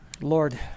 Lord